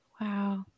Wow